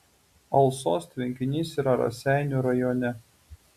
alsos tvenkinys yra raseinių rajone